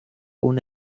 una